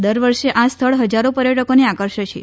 દરવર્ષે આ સ્થળ હજારો પર્યટકોને આકર્ષે છે